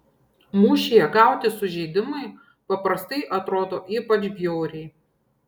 mūšyje gauti sužeidimai paprastai atrodo ypač bjauriai